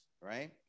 right